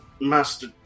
Master